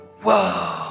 Whoa